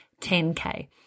10k